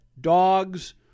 dogs